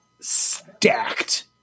stacked